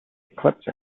eclipse